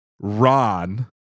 Ron